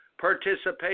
participation